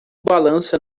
balança